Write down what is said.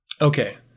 Okay